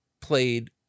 played